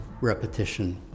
repetition